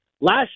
Last